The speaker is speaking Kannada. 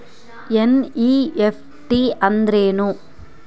ಎನ್.ಇ.ಎಫ್.ಟಿ ಅಂದ್ರೆನು?